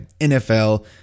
NFL